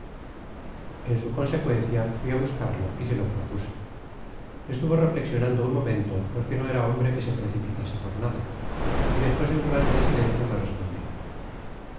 generated at consencuencia fui á buscarlo y se lo propuse estuvo reflexionando un momento porque no era hombre que se precipitase por nada y despues de un rato de silencio me respondio